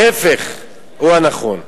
ההיפך הוא הנכון.